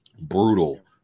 Brutal